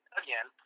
again